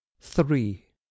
three